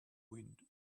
wind